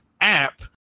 app